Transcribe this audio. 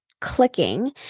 clicking